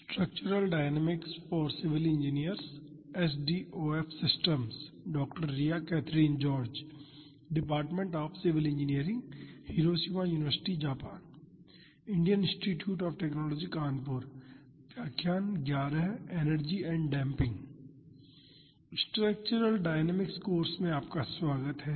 structural dynamics course में आपका स्वागत है